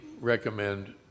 recommend